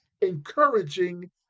encouraging